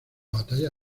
batalla